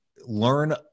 learn